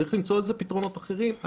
צריך למצוא לזה פתרונות אחרים.